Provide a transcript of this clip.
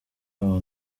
wabo